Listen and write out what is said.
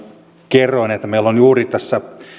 kerroin että meillä on juuri tässä